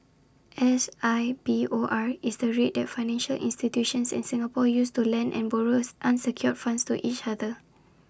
S I B O R is the rate that financial institutions in Singapore use to lend and borrow unsecured funds to each other